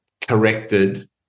corrected